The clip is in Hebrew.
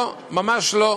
לא, ממש לא.